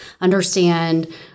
understand